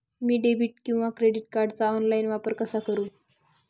मी debit किंवा credit कार्डचा online वापर कसा करु?